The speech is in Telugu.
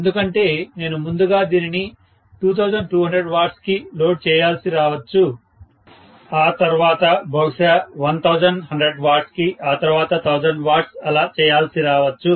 ఎందుకంటే నేను ముందుగా దీనిని 2200 W కి లోడ్ చేయాల్సి రావచ్చు ఆ తర్వాత బహుశా 1100 W కి ఆ తరువాత 1000 W అలా చేయాల్సి రావచ్చు